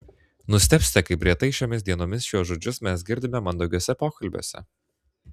nustebsite kaip retai šiomis dienomis šiuos žodžius mes girdime mandagiuose pokalbiuose